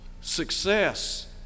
success